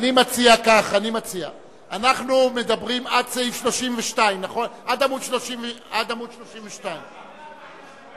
עד יום, עד עמוד 34 למטה.